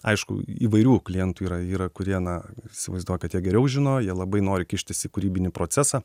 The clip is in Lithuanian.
aišku įvairių klientų yra yra kurie na įsivaizduokit jie geriau žino jie labai nori kištis į kūrybinį procesą